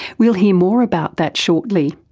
we'll hear more about that shortly.